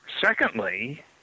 Secondly